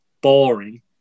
boring